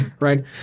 Right